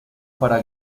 para